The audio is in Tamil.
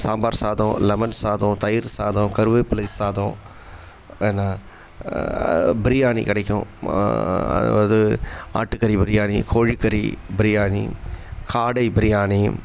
சாம்பார் சாதம் லெமன் சாதம் தயிர் சாதம் கருவேப்பிலை சாதம் என்ன பிரியாணி கிடைக்கும் மா அதாவது ஆட்டுக்கறி பிரியாணி கோழிக்கறி பிரியாணி காடை பிரியாணி